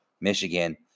Michigan